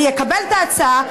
אני אקבל את ההצעה.